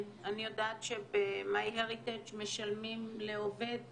אני יודעת שבמיי הריטג' משלמים לעובד,